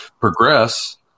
progress